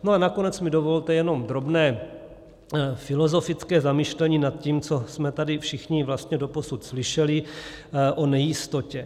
A nakonec mi dovolte jenom drobné filozofické zamyšlení nad tím, co jsme tady všichni vlastně doposud slyšeli o nejistotě.